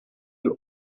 you